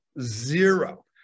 Zero